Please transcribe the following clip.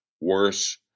Worse